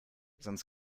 sonst